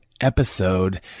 episode